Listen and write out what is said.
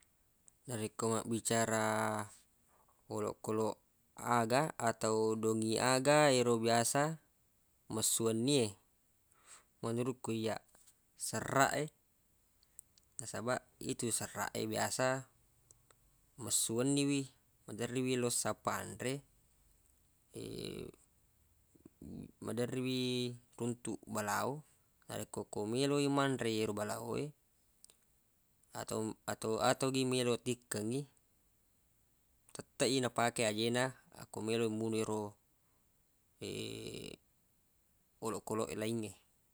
Narekko mabbicara olokoloq aga ato dongiq aga yero biasa messu wenni e menurukku iyyaq serraq e nasabaq itu serraq e biasa messu wenni wi maderri wi lo sappa anre maderri wi runtuq balao narekko ko meloq i manre i ero balao we ato- ato- ato gi meloq tikkengngi tetteq i napake aje na akko meloq munoi ero olokoloq laingnge